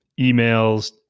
emails